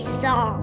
saw